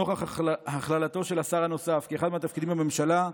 נוכח הכללתו של השר הנוסף כאחד מהתפקידים בממשלה,